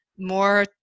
more